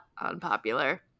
unpopular